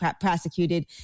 prosecuted